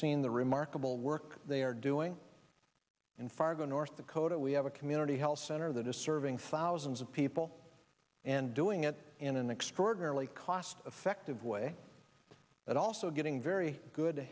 seen the remarkable work they are doing in fargo north dakota we have a community health center that is serving thousands of people and doing it in an extraordinarily cost effective way but also getting very good